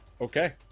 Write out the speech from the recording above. okay